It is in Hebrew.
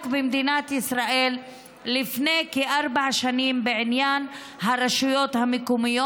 במדינת ישראל לפני כארבע שנים בעניין הרשויות המקומיות.